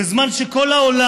זו לא תמר